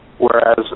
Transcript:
whereas